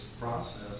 process